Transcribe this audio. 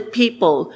people